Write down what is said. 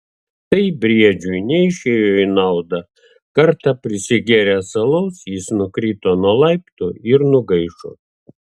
tai briedžiui neišėjo į naudą kartą prisigėręs alaus jis nukrito nuo laiptų ir nugaišo